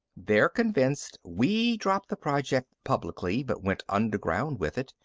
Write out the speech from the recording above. they're convinced we dropped the project publicly, but went underground with it.